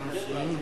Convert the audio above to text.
למה בנצרת,